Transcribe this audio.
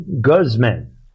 Guzman